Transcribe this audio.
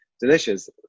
delicious